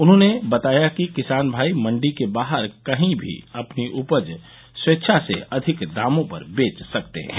उन्होंने बताया कि किसान भाई मंडी के बाहर कहीं भी अपनी उपज स्वेच्छा से अधिक दामों पर बेच सकते हैं